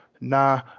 Nah